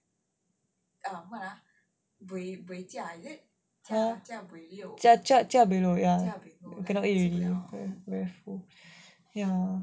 jia buey lo ya cannot eat already ya